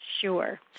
Sure